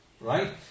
Right